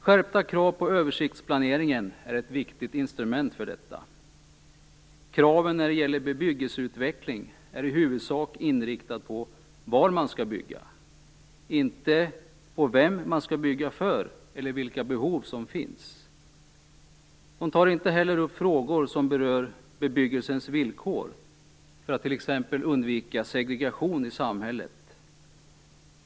Skärpta krav på översiktsplaneringen är ett viktigt instrument för detta. Kraven när det gäller bebyggelseutveckling är i huvudsak inriktade på var man skall bygga inte på vem man skall bygga för eller vilka behov som finns. Man tar inte heller upp frågor som berör bebyggelsens villkor för att t.ex. undvika segregation i samhället.